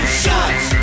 shots